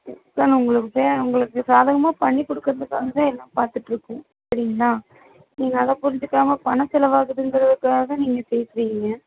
sir நான் உங்களுக்கு பே உங்களுக்கு சாதகமாக பண்ணி கொடுக்கறதுக்காக தான் எல்லாம் பார்த்துட்டுருக்கோம் சரிங்களா நீங்கள் அதை புரிஞ்சுக்காம பணம் செலவாகுதுங்றத்துக்காக நீங்கள் பேசுகிறீங்க